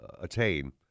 attain